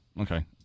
Okay